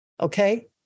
okay